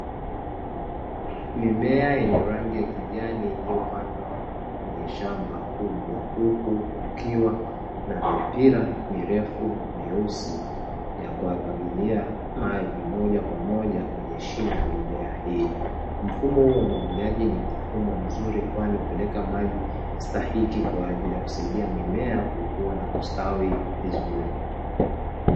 Mimea yenye rangi ya kijani, iliyopandwa kwenye shamba kubwa, huku kukiwa na mipira mirefu meusi ya kumwagilia maji moja kwa moja kwenye shina la mimea hii. Mfumo huu wa umwagiliaji ni mfumo mzuri unaopeleka maji stahiki kwa ajili ya kusaidia mimea kukua na kustawi vizuri.